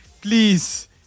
Please